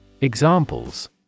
Examples